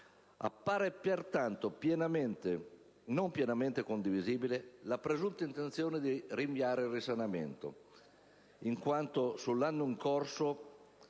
Appare pertanto non pienamente condivisibile la presunta intenzione di rinviare il risanamento, in quanto sull'anno in corso